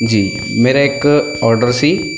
ਜੀ ਮੇਰਾ ਇੱਕ ਔਡਰ ਸੀ